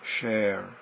share